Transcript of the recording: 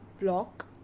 block